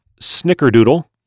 Snickerdoodle